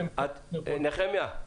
--- נחמיה,